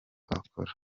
akora